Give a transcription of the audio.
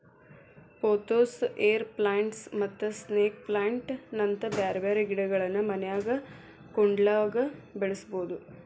pothos, air plants ಮತ್ತ snake plant ನಂತ ಬ್ಯಾರ್ಬ್ಯಾರೇ ಗಿಡಗಳನ್ನ ಮನ್ಯಾಗ ಕುಂಡ್ಲ್ದಾಗ ಬೆಳಸಬೋದು